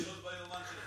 תמחק את הפגישות ביומן שלך.